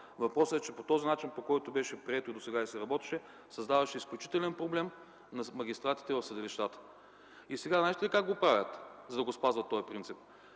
Въпросът е, че по начина, по който беше прието досега и се работеше, създаваше изключителен проблем на магистратите в съдилищата. Сега знаете ли как го правят, за да спазват този принцип?